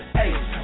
hey